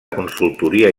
consultoria